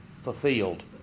fulfilled